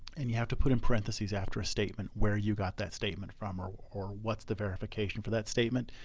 and you have to put in parentheses after a statement showing where you got that statement from, or or what's the verification for that statement.